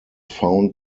found